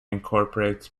incorporates